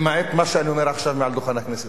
למעט מה שאני אומר עכשיו מעל דוכן הכנסת?